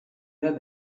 have